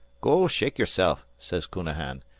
go shake yerself sez counahan.